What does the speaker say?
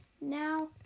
Now